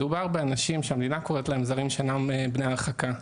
מדובר באנשים שהמדינה קוראת להם זרים שאינם בני הרחקה,